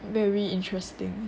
very interesting